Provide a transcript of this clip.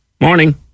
Morning